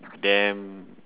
damned